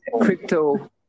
crypto